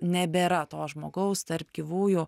nebėra to žmogaus tarp gyvųjų